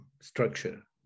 structure